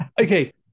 okay